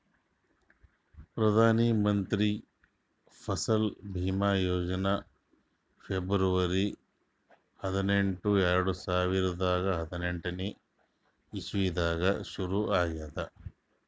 Pradhan Mantri Fasal Bima Yojana February ಹದಿನೆಂಟು, ಎರಡು ಸಾವಿರದಾ ಹದಿನೆಂಟನೇ ಇಸವಿದಾಗ್ ಶುರು ಆಗ್ಯಾದ್